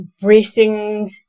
bracing